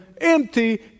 empty